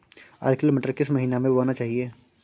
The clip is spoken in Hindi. अर्किल मटर किस महीना में बोना चाहिए?